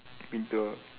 painter